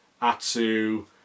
Atsu